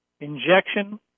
injection